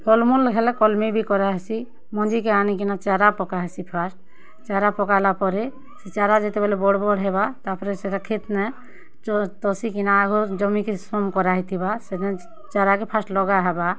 ଫଲ୍ ମୁଲ୍ ହେଲେ ବି କଲ୍ମି ବି କରାହେସି ମଞ୍ଜିକେ ଆନିକିନା ଚାରା ପକାହେସି ଫାର୍ଷ୍ଟ୍ ଚାରା ପକାଲା ପରେ ଚାରା ଯେତେବେଲେ ବଡ଼୍ ବଡ଼୍ ହେବା ତା'ର୍ପରେ ସେଟା ଖେତ୍ନେ ଚ ତଷିକିନା ଆଗ ଜମିକେ ସମ୍ କରା ହେଇଥିବା ସେନ ଚାରାକେ ଫାର୍ଷ୍ଟ୍ ଲଗାହେବା